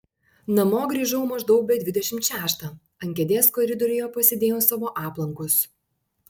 namo grįžau maždaug be dvidešimt šeštą ant kėdės koridoriuje pasidėjau savo aplankus